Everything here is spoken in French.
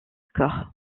corps